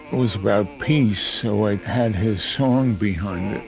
was about peace, so i had his song behind it.